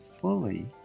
fully